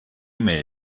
mail